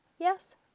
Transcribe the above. Yes